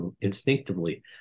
instinctively